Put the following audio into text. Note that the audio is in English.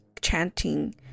chanting